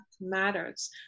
matters